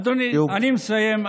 אדוני, אני מסיים.